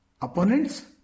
opponents